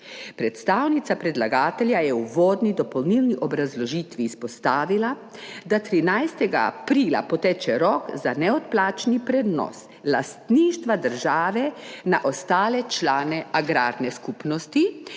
Predstavnica predlagatelja je v uvodni dopolnilni obrazložitvi izpostavila, da 13. aprila poteče rok za neodplačni prenos lastništva države na ostale člane agrarne skupnosti,